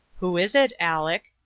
who is it, aleck?